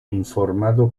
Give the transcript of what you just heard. informado